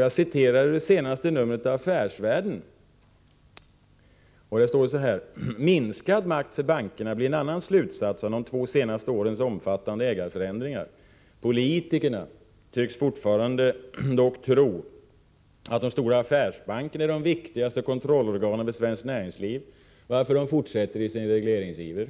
Jag citerar ur det senaste numret av Affärsvärlden: Styrelseordförande ”Minskad makt för bankerna, blir en annan slutsats av de två senaste årens iaffärsbank omfattande ägarförändringar. Politikerna tycks dock fortfarande tro att de stora affärsbankerna är de viktigaste kontrollorganen för svenskt näringsliv varför de fortsätter sin regleringsiver.